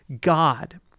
God